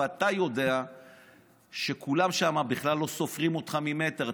ואתה יודע שכולם שם בכלל לא סופרים אותך ממטר.